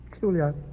Julia